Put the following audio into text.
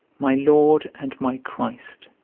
my lord and my christ,